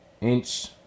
inch